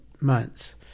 months